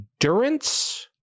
endurance